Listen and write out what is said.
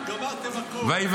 לא נשאר כלום כבר, גמרתם הכול.